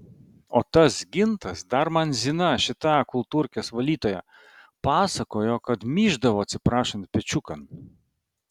o tas gintas dar man zina šita kultūrkės valytoja pasakojo kad myždavo atsiprašant pečiukan